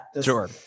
sure